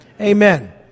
Amen